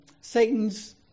Satan's